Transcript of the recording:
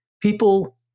people